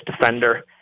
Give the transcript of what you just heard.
defender